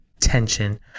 tension